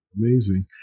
Amazing